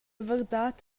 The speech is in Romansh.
verdad